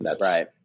Right